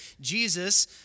Jesus